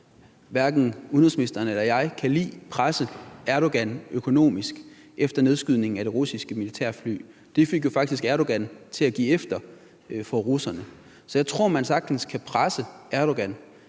hverken udenrigsministeren eller jeg kan lide, presse Erdogan økonomisk efter nedskydning af det russiske militærfly. Det fik jo faktisk Erdogan til at give efter for russerne. Så jeg tror, at man sagtens kan presse Erdogan.